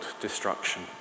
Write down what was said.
destruction